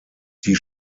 die